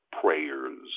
prayers